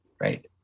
right